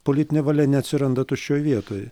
politinė valia neatsiranda tuščioj vietoj